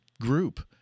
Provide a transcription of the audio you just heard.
group